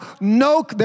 no